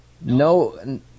No